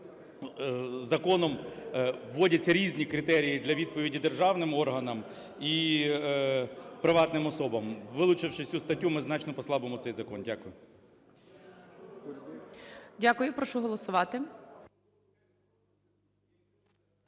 законом вводяться різні критерії для відповіді державним органам і приватним особам. Вилучивши цю статтю, ми значно послабимо цей закон. Дякую. ГОЛОВУЮЧИЙ. Дякую. Прошу голосувати.